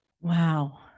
Wow